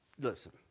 listen